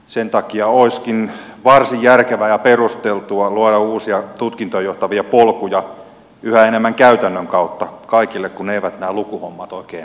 sen takia olisikin varsin järkevää ja perusteltua luoda uusia tutkintoon johtavia polkuja yhä enemmän käytännön kautta kaikille kun eivät nämä lukuhommat oikein maita